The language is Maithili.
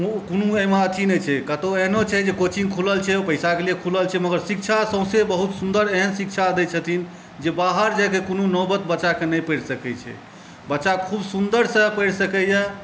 ओ कोनो एहिमे अथी नहि छै कते एहनो छै जे कोचिंग खुलल छै ओ पैसा के लिये खुलल छै मगर शिक्षा सौँसे बहुत सुन्दर एहन शिक्षा दै छथिन जे बाहर जायके कोनो नौबत बच्चा कए नहि पड़ि सकै छै बच्चा खूब सुन्दर सए पढ़ि सकैया